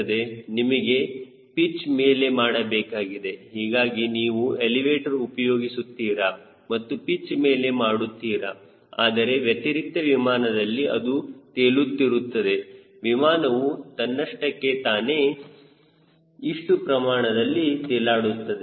ನಿಮಗೆ ಪಿಚ್ ಮೇಲೆ ಮಾಡಬೇಕಾಗಿದೆ ಹೀಗಾಗಿ ನೀವು ಎಲಿವೇಟರ್ ಉಪಯೋಗಿಸುತ್ತೀರಾ ಮತ್ತು ಪಿಚ್ ಮೇಲೆ ಮಾಡುತ್ತೀರಾ ಆದರೆ ವ್ಯತಿರಿಕ್ತ ವಿಮಾನದಲ್ಲಿ ಅದು ತೇಲುತ್ತಿರುತ್ತದೆ ವಿಮಾನವು ನನ್ನಷ್ಟಕ್ಕೆತಾನೇ ಇಷ್ಟು ಪ್ರಮಾಣದಲ್ಲಿ ತೇಲಾಡುತ್ತದೆ